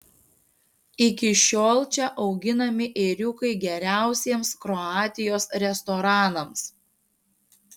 iki šiol čia auginami ėriukai geriausiems kroatijos restoranams